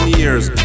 years